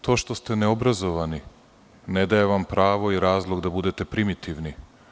To što ste neobrazovani ne daje vam pravo i razlog da budete primitivni.